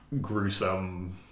gruesome